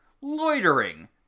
Loitering